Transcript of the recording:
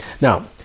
Now